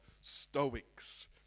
stoics